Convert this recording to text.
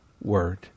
word